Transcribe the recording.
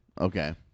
Okay